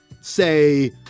say